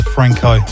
Franco